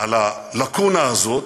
על הלקונה הזאת,